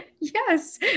Yes